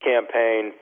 campaign